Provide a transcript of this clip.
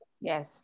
Yes